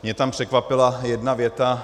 Mě tam překvapila jedna věta.